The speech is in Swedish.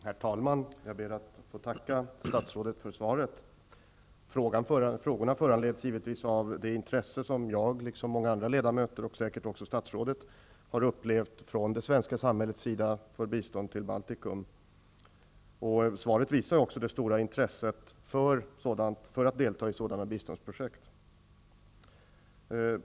Herr talman! Jag ber att få tacka statsrådet för svaret. Frågorna föranleds givetvis av det intresse som jag, liksom många andra ledamöter och säkert också statsrådet, har upplevt från det svenska samhällets sida för bistånd till Baltikum. Svaret visar också det stora intresset för att delta i sådana biståndsprojekt.